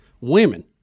women